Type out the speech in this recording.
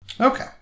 Okay